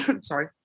Sorry